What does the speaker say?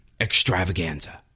extravaganza